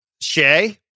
Shay